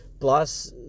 Plus